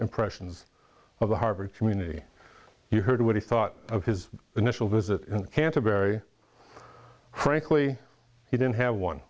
impressions of the harvard community you heard what he thought of his initial visit in canterbury frankly he didn't have